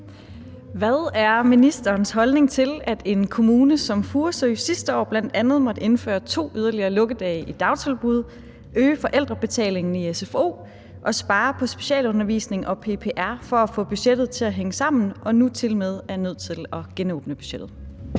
Hvad er ministerens holdning til, at en kommune som Furesø Kommune sidste år bl.a. måtte indføre to yderligere lukkedage i dagtilbud, øge forældrebetalingen i sfo og spare på specialundervisning og PPR for at få budgettet til at hænge sammen og nu tilmed er nødt til at genåbne budgettet?